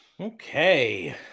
Okay